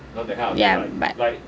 ya but